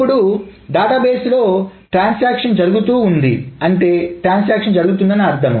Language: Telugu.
ఇప్పుడు డేటాబేస్ లో ట్రాన్సాక్షన్ జరుగుతూ ఉంది అంటే ట్రాన్సాక్షన్ జరుగుతుంది అని అర్థం